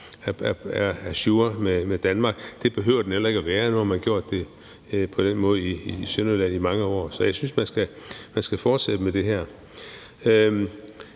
er ajour med Danmark. Det behøver den heller ikke at være. Nu har man gjort det på den måde i Sønderjylland i mange år, så jeg synes, man skal fortsætte med det.